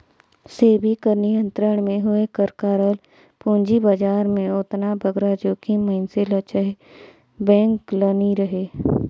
सेबी कर नियंत्रन में होए कर कारन पूंजी बजार में ओतना बगरा जोखिम मइनसे ल चहे बेंक ल नी रहें